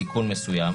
סיכון מסוים,